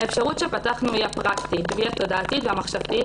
האפשרות שפתחנו היא הפרקטית והיא התודעתית והמחשבתית,